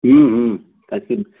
I fill